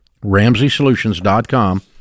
RamseySolutions.com